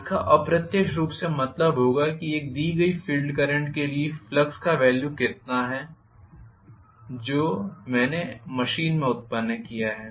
इसका अप्रत्यक्ष रूप से मतलब होगा कि एक दी गई फील्ड करंट के लिए फ्लक्स का वेल्यू कितना है जो मैंने मशीन में उत्पन्न किया है